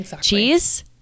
cheese